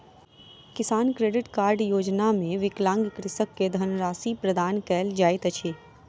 किसान credit card योजना मे विकलांग कृषक के धनराशि प्रदान कयल जाइत अछि